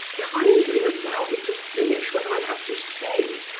kindly allow me to finish what i have to say.